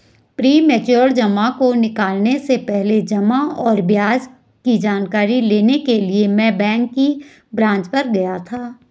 premature जमा को निकलने से पहले जमा और ब्याज की जानकारी लेने के लिए मैं बैंक की ब्रांच पर गया था